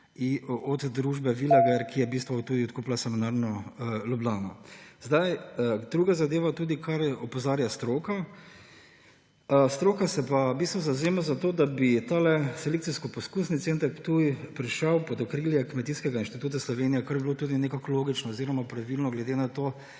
od družbe Villager, ki je v bistvu tudi odkupila Semenarno Ljubljana. Druga zadeva, na kar tudi opozarja stroka. Stroka se v bistvu zavzema za to, da bi Selekcijsko-poskusni center Ptuj prišel pod okrilje Kmetijskega inštituta Slovenije, kar bi bilo tudi nekako logično oziroma pravilno, glede na to,